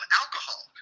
alcohol